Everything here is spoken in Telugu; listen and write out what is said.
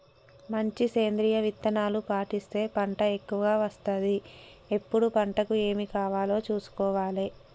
మంచి సేంద్రియ విధానాలు పాటిస్తే పంట ఎక్కవ వస్తది ఎప్పుడు పంటకు ఏమి కావాలో చూసుకోవాలే